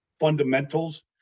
fundamentals